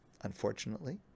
Unfortunately